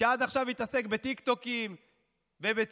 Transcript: שעד עכשיו התעסק בטיקטוקים ובציוצים,